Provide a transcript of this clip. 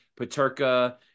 Paterka